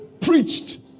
preached